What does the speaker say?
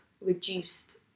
reduced